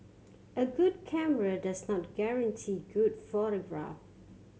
a good camera does not guarantee good photograph